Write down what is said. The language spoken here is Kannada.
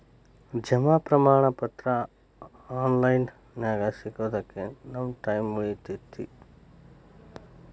ಜಮಾ ಪ್ರಮಾಣ ಪತ್ರ ಆನ್ ಲೈನ್ ನ್ಯಾಗ ಸಿಗೊದಕ್ಕ ನಮ್ಮ ಟೈಮ್ ಉಳಿತೆತಿ